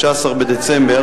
התשע"א 2010,